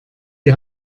die